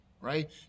right